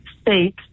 state